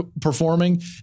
performing